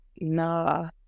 no